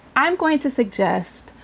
i'm going to suggest,